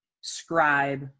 scribe